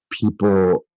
people